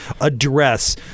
address